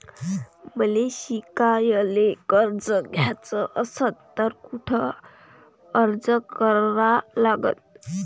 मले शिकायले कर्ज घ्याच असन तर कुठ अर्ज करा लागन?